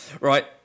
Right